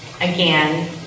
again